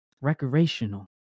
recreational